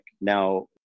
Now